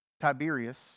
Tiberius